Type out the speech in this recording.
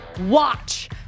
watch